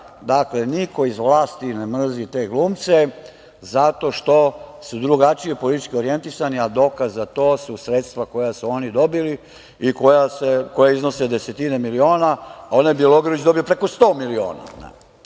Dakle, niko iz vlasti ne mrzi te glumce zato što su drugačije politički orijentisani, a dokaz za to su sredstva koja su oni dobili i koja iznose desetine miliona. Onaj Bjelogrlić je dobio preko 100 miliona,